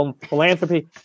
philanthropy